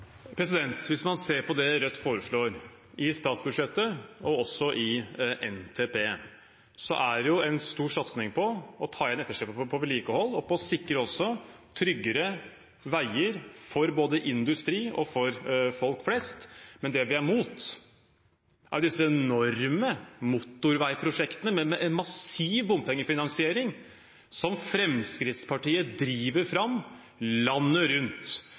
Hvis man ser på det Rødt foreslår i statsbudsjettet og også i NTP, er det en stor satsing på å ta igjen etterslepet på vedlikehold og også på å sikre tryggere veier for både industri og folk flest, men det vi er imot, er disse enorme motorveiprosjektene med en massiv bompengefinansiering som Fremskrittspartiet driver fram landet rundt.